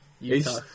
Utah